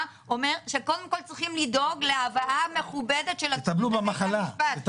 אומרת שקודם כול צריכים לדאוג להבאה מכובדת של עצורים לבית המשפט,